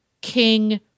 King